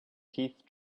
teeth